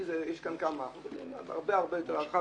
זה מאבק הרבה הרבה יותר רחב,